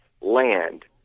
land